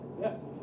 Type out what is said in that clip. yes